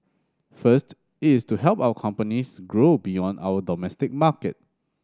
first it is to help our companies grow beyond our domestic market